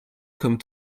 come